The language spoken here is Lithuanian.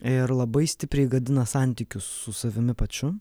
ir labai stipriai gadina santykius su savimi pačiu